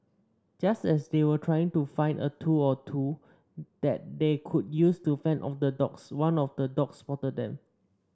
just as they were trying to find a tool or two that they could use to fend off the dogs one of the dogs spotted them